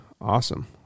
awesome